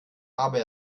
aber